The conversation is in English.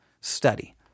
study